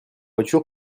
voiture